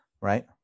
right